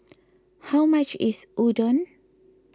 how much is Udon